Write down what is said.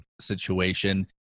situation